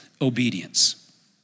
obedience